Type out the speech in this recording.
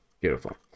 beautiful